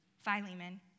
Philemon